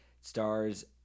Stars